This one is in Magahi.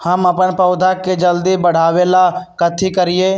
हम अपन पौधा के जल्दी बाढ़आवेला कथि करिए?